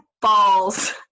balls